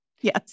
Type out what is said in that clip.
Yes